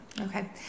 Okay